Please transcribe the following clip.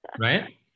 Right